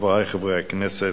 חברי חברי הכנסת,